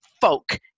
folk